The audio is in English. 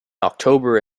october